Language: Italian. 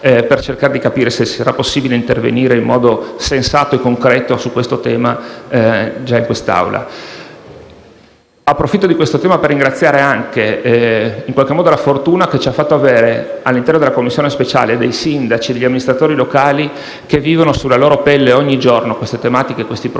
per cercare di capire se sarà possibile intervenire in modo sensato e concreto sul problema già in quest'Aula. Approfitto per ringraziare anche la fortuna, che ha fatto sì che all'interno della Commissione speciale ci fossero dei sindaci e degli amministratori locali, che vivono sulla loro pelle, ogni giorno, queste tematiche e questi problemi: